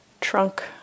trunk